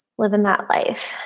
live in that life.